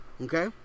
okay